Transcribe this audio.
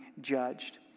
judged